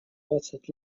двадцать